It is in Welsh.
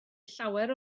llawer